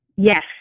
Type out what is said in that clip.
Yes